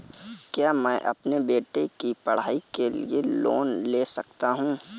क्या मैं अपने बेटे की पढ़ाई के लिए लोंन ले सकता हूं?